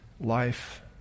life